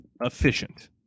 efficient